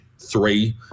three